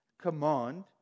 command